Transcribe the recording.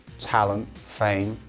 talent, fame,